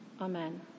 Amen